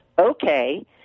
okay